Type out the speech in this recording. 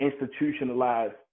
institutionalized